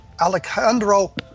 Alejandro